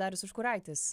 darius užkuraitis